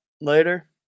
later